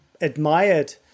admired